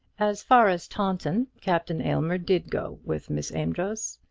as far as taunton captain aylmer did go with miss amedroz,